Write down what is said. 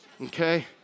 Okay